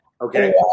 Okay